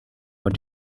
what